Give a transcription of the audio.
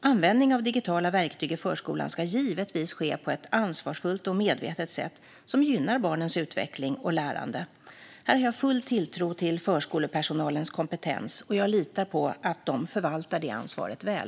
Användning av digitala verktyg i förskolan ska givetvis ske på ett ansvarsfullt och medvetet sätt som gynnar barnens utveckling och lärande. Här har jag full tilltro till förskolepersonalens kompetens och litar på att de förvaltar ansvaret väl.